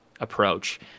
approach